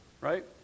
Right